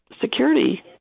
security